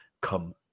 come